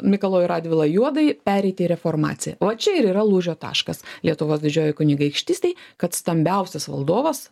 mikalojų radvilą juodąjį pereiti į reformaciją va čia ir yra lūžio taškas lietuvos didžiojoj kunigaikštystėj kad stambiausias valdovas